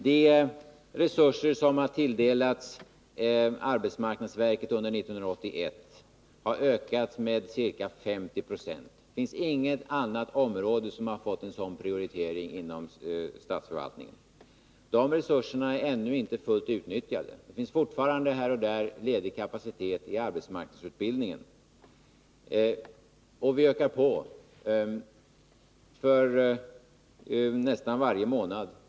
De resurser som har tilldelats arbetsmarknadsverket under 1981 har ökat med ca 50 90. Det finns inget annat område som har fått en sådan prioritering inom statsförvaltningen. Dessa resurser är ännu inte fullt utnyttjade. Det finns fortfarande här och där ledig kapacitet inom arbetsmarknadsutbildningen. Vi ökar dessutom på för nästan varje månad.